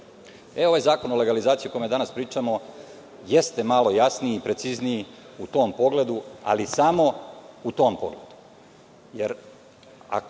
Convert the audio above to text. dešava. Ovaj zakon o legalizaciji, o kome danas pričamo, jeste malo jasniji i precizniji u tom pogledu, ali samo u tom pogledu.